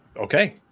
Okay